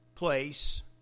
place